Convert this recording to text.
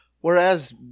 whereas